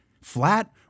flat